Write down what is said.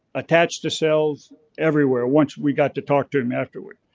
attached to cells, everywhere once we got to talk to him afterward.